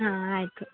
ಹಾಂ ಆಯಿತು